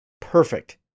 Perfect